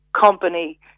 company